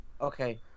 Okay